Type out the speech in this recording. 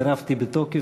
סירבתי בתוקף.